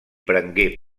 prengué